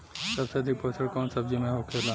सबसे अधिक पोषण कवन सब्जी में होखेला?